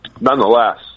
nonetheless